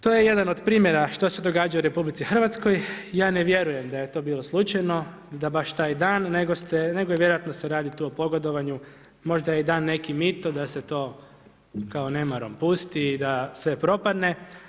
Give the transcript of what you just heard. To je jedan od primjera što se događa u RH, ja ne vjerujem da je to bilo slučajno i baš taj dan, nego vjerojatno se radi tu o pogodovanju, možda da da neki mito da se to kao nemarom dopusti i da sve propadne.